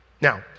Now